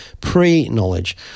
pre-knowledge